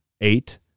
Eight